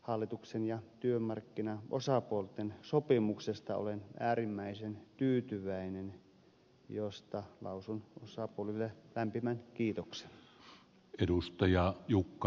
hallituksen ja työmarkkinaosapuolten sopimuksesta olen äärimmäisen tyytyväinen josta lausun osapuolille lämpimän kiitoksen